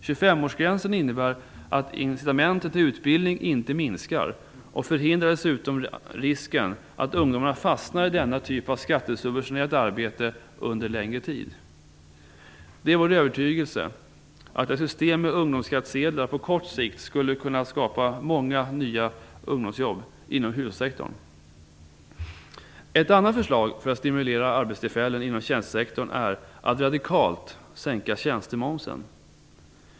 Tjugofemårsgränsen innebär att incitamenten till utbildning inte minskar och förhindrar dessutom risken att ungdomarna fastnar i denna typ av skattesubventionerat arbete under längre tid. Det är vår övertygelse att ett system med ungdomsskattsedlar på kort sikt skulle kunna skapa många nya ungdomsjobb inom hushållssektorn. Ett annat förslag för att stimulera arbetstillfällen inom tjänstesektorn är att radikalt sänka tjänstemomsen.